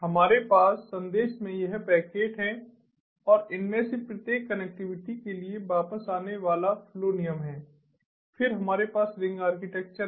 हमारे पास संदेश में यह पैकेट है और इनमें से प्रत्येक कनेक्टिविटी के लिए वापस आने वाला फ्लो नियम है फिर हमारे पास रिंग आर्किटेक्चर है